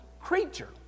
creature